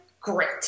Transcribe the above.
great